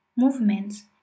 Movements